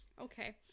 Okay